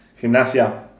Gimnasia